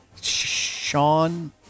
Sean